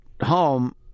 home